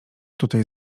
tutaj